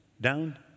down